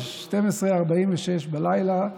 ב-00:46,